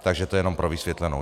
Takže to jenom pro vysvětlenou.